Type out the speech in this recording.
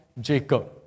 Jacob